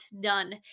done